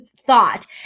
thought